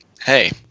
hey